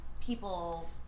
people